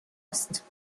است